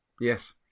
Yes